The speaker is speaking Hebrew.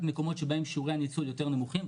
ממקומות שבהם שיעורי הניצול יותר נמוכים,